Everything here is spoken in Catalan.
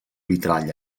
vitrall